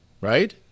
Right